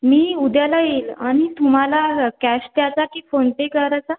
मी उद्या येईन आणि तुम्हाला कॅश चालते की फोन पे करायचा